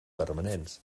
permanents